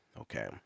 okay